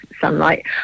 sunlight